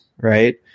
right